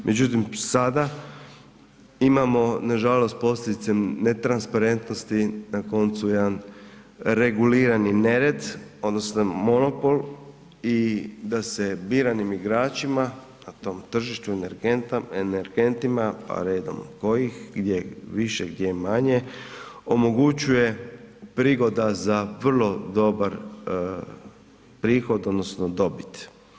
Međutim sada imamo nažalost posljedice netransparentnosti, na koncu jedan regulirani nered odnosno monopol i da se biranim igračima na tom tržištu energentima, pa redom kojih gdje više, gdje manje omogućuje prigoda za vrlo dobra prihod odnosno dobit.